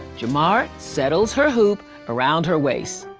jamara settles her hoop around her waist.